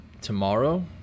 tomorrow